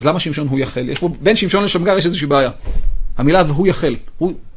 אז למה שמשון הוא יחל? בין שמשון לשמגר יש איזושהי בעיה. המילה והוא יחל.